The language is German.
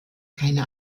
keine